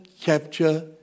capture